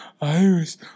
Iris